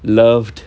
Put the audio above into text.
loved